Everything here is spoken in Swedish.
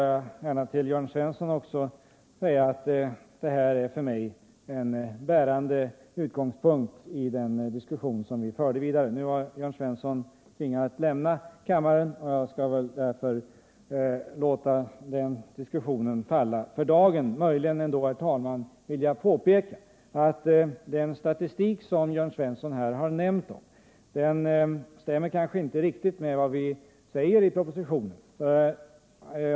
Jörn Svensson har tvingats lämna kammaren, och jag skall därför låta diskussionen med honom falla för dagen. Möjligen vill jag påpeka att den statistik som Jörn Svensson har nämnt kanske inte stämmer riktigt med vad vi säger i propositionen.